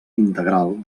integral